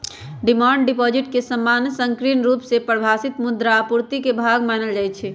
demand deposit के सामान्य संकीर्ण रुप से परिभाषित मुद्रा आपूर्ति के भाग मानल जाइ छै